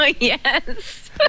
Yes